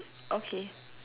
okay